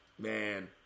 Man